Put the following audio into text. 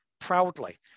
proudly